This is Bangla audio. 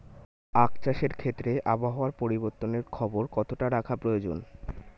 আখ চাষের ক্ষেত্রে আবহাওয়ার পরিবর্তনের খবর কতটা রাখা প্রয়োজন?